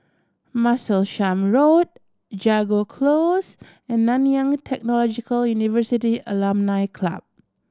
Martlesham Road Jago Close and Nanyang Technological University Alumni Club